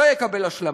לא יקבל השלמה,